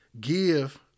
give